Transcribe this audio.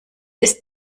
ist